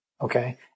Okay